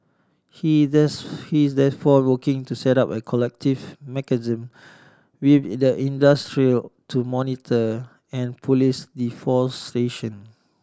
he is this he is therefore rocking to set up a collective mechanism with the industry to monitor and police deforestation